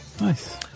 Nice